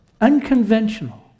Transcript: Unconventional